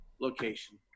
location